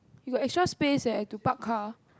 you got extra space eh to park car